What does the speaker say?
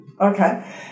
Okay